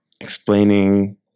explaining